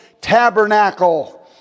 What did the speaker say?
tabernacle